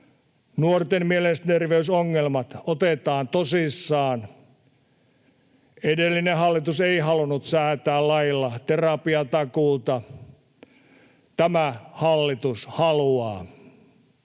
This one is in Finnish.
Nuorten mielenterveysongelmat otetaan tosissaan. Edellinen hallitus ei halunnut säätää lailla terapiatakuuta. Tämä hallitus haluaa.